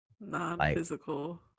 Non-physical